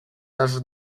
даже